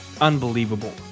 unbelievable